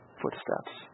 footsteps